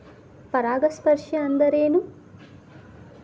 ಪರಾಗಸ್ಪರ್ಶ ಅಂದರೇನು?